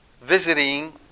Visiting